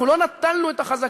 אנחנו לא נטלנו את החזקה